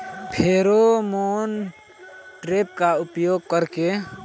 Pheromone trap का उपयोग कर के?